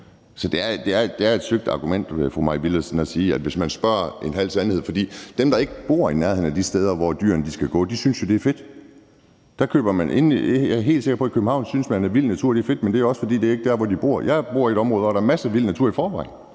Så det er et søgt argument, fru Mai Villadsen; det er en halv sandhed. For dem, der ikke bor i nærheden af de steder, hvor dyrene skal gå, synes jo, det er fedt. Jeg er helt sikker på, at man i København synes, at vild natur er fedt, men det er, fordi naturen ikke er der, hvor de bor. Jeg bor i et område, hvor der er masser af vild natur i forvejen,